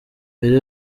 mbere